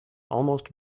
almost